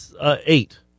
Eight